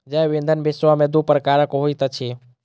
जैव ईंधन विश्व में दू प्रकारक होइत अछि